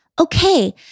Okay